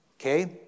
okay